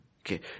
Okay